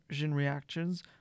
reactions